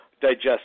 digest